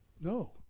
No